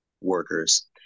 workers